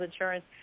insurance